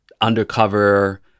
undercover